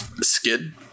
skid